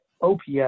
OPS